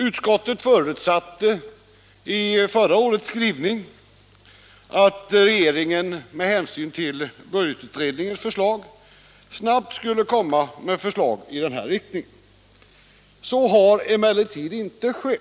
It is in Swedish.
Utskottet förutsatte i förra årets skrivning att re = Nr 88 geringen, med hänsyn till budgetutredningens förslag, snabbt skulle kom Onsdagen den ma med förslag i denna riktning. Så har emellertid inte skett.